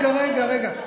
רגע, רגע.